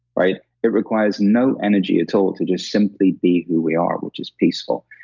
right? it requires no energy at all to just simply be who we are, which is peaceful.